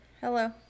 Hello